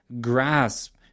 grasp